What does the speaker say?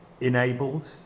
enabled